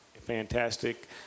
fantastic